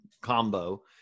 combo